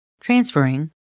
transferring